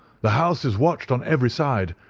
the house is watched on every side.